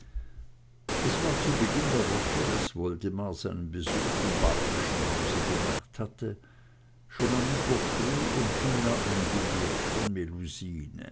es war zu beginn der woche daß woldemar seinen besuch im barbyschen hause gemacht hatte schon am mittwoch früh empfing er ein billet von